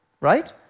right